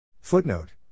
Footnote